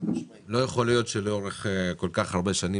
לא יכול להיות שלאורך כל כך הרבה שנים